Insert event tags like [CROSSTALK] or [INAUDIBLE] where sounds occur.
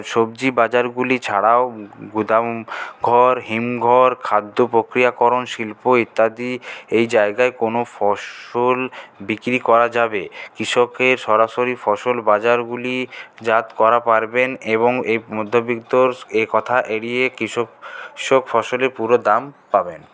সবজি বাজারগুলি ছাড়াও গুদাম ঘর হিম ঘর খাদ্যপ্রক্রিয়াকরণ শিল্প ইত্যাদি এই জায়গায় কোনো ফসল বিক্রি করা যাবে কৃষকের সরাসরি ফসল বাজারগুলি জাত করা পারবেন এবং এই মধ্যবিত্ত এ কথা এড়িয়ে কৃষক [UNINTELLIGIBLE] ফসলের পুরো দাম পাবেন